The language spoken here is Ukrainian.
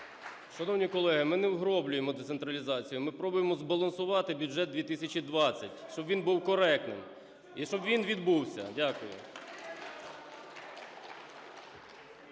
Шановні колеги, ми не вгроблюємо децентралізацію, ми пробуємо збалансувати бюджет 2020, щоб він був коректним і щоб він відбувся. Дякую.